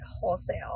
wholesale